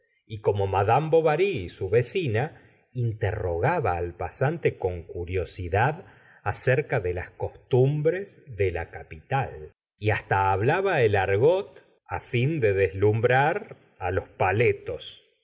y como tiad bovary su vecina interrogaba al pasante con curiosidad acerca de las costumbres de la capital y hasta hablaba el argot á fin de deslumbrar á los paletos